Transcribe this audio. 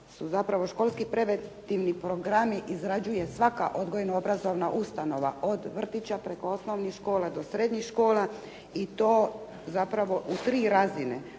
školski preventivni programi izrađuje svaka odgojno-obrazovna ustanova. Od vrtića preko osnovnih škola do srednjih škola i to zapravo u 3 razine.